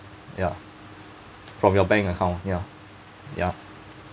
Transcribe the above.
ya from your bank account ya ya